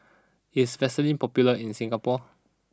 is Vaselin popular in Singapore